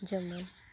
ᱡᱮᱢᱚᱱ